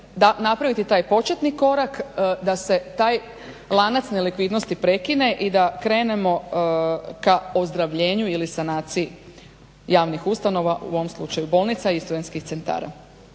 dakle napraviti taj početni korak, da se taj lanac nelikvidnosti prekine i da krenemo ka ozdravljenju ili sanaciji javnih ustanova, u ovom slučaju bolnica i studentskih centara.